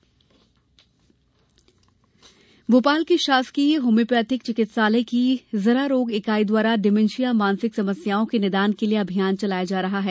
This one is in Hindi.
डिमेंशिया क्लीनिक भोपाल के शासकीय होम्योपैथिक चिकित्सालय की जरारोग इकाई द्वारा डिमेंशिया मानसिक समस्याओं के निदान के लिये अभियान चलाया जा रहा है